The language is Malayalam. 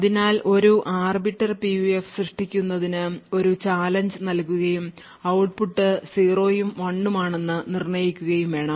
അതിനാൽ ഒരു ആർബിറ്റർ PUF സൃഷ്ടിക്കുന്നതിന് ഒരു ചാലഞ്ച് നല്കുകയും ഔട്ട്പുട്ട് 0 ഉം 1 ഉം ആണെന്ന് നിർണ്ണയിക്കുകയും വേണം